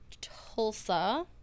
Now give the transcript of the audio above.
Tulsa